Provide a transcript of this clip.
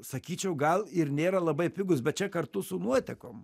sakyčiau gal ir nėra labai pigus bet čia kartu su nuotekom